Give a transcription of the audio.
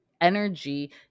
energy